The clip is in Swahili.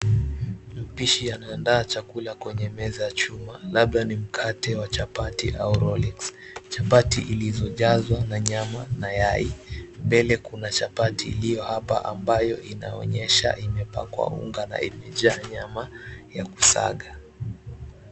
Mpishi anaandaa chakula kwenye meza ya chuma labda ni mkate wa chapati au rolex , chapati zilizojazwa na nyama na yai mbele kuna chapati iliyo hapa ambayo inaonyesha imepakwa unga na imejaa nyama ya kusaga.